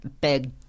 big